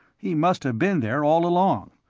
he must have been there all along,